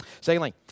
Secondly